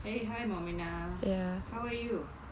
eh hi maminah how are you